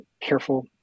careful